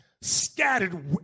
scattered